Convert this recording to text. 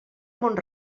mont